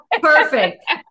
Perfect